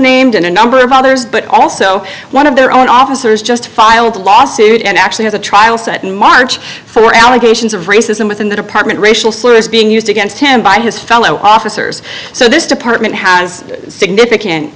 named in a number of others but also one of their own officers just filed a lawsuit and actually has a trial set in march for allegations of racism within the department racial slurs being used against him by his fellow officers so this department has significant